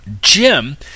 Jim